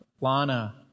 Lana